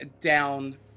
down